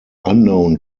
unknown